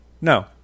No